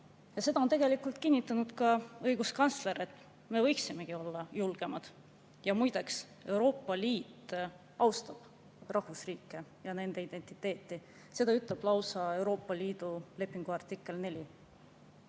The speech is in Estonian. Seda on kinnitanud ka õiguskantsler, et me võiksimegi olla julgemad. Muide, Euroopa Liit austab rahvusriike ja nende identiteeti, seda ütleb lausa Euroopa Liidu lepingu artikkel 4.